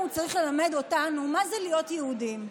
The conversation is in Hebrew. הוא צריך ללמד אותנו מה זה להיות יהודים.